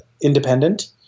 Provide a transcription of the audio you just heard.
independent